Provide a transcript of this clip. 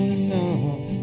enough